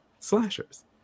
Slashers